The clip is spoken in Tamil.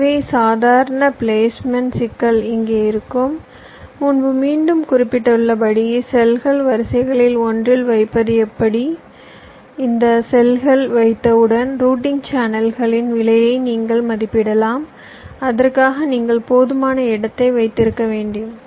எனவே சாதாரண பிளேஸ்மெண்ட் சிக்கல் இங்கே இருக்கும் முன்பு மீண்டும் குறிப்பிட்டுள்ளபடி செல்கள் வரிசைகளில் ஒன்றில் வைப்பது எப்படி இந்த செல்கள் வைத்தவுடன் ரூட்டிங் சேனல்களின் விலையை நீங்கள் மதிப்பிடலாம் அதற்காக நீங்கள் போதுமான இடத்தை வைத்திருக்க முடியும்